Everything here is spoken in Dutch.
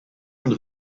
een